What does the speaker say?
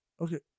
Okay